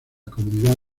comunidad